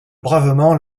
bravement